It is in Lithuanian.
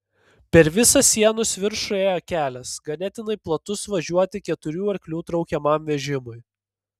per visą sienos viršų ėjo kelias ganėtinai platus važiuoti keturių arklių traukiamam vežimui